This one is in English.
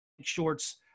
shorts